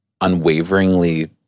unwaveringly